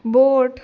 boat